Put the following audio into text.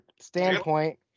standpoint